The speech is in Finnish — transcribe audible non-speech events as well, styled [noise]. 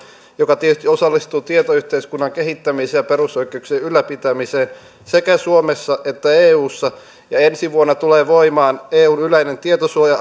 joka tietysti osallistuu tietoyhteiskunnan kehittämiseen ja perusoikeuksien ylläpitämiseen sekä suomessa että eussa ja ensi vuonna tulee voimaan eun yleinen tietosuoja [unintelligible]